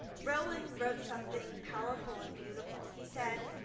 rowan wrote something powerful and beautiful. he said,